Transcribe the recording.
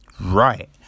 Right